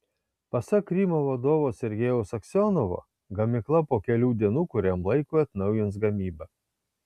pasak krymo vadovo sergejaus aksionovo gamykla po kelių dienų kuriam laikui atnaujins gamybą